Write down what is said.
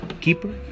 Keeper